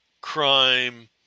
crime